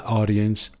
audience